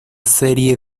serie